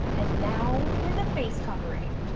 and now for the face covering.